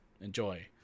enjoy